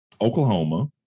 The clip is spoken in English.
Oklahoma